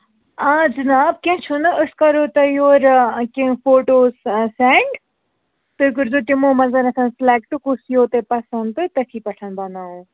آ جِناب کیٚنٛہہ چھُنہٕ أسۍ کَرو تۄہہِ یورٕ کیٚنٛہہ فوٹوٗز سیٚنٛڈ تُہۍ کٔرۍزیٚو تِمو منٛز سِلٮ۪کٹہٕ کُس یِیو تۄہہِ پَسَنٛد تہٕ تٔتھی پٮ۪ٹھ بَناوو